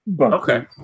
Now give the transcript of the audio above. Okay